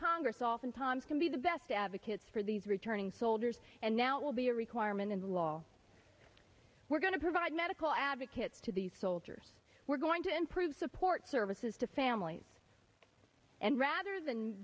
congress oftentimes can be the best advocates for these returning soldiers and now it will be a requirement in the law we're going to provide medical advocates to these soldiers we're going to improve support services to families and rather than